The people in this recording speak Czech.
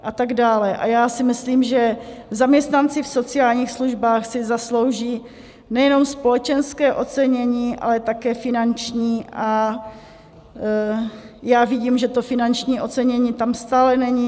A já si myslím, že zaměstnanci v sociálních službách si zaslouží nejenom společenské ocenění, ale také finanční, a vidím, že to finanční ocenění tam stále není.